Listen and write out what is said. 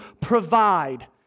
provide